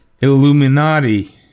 Illuminati